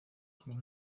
como